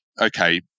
okay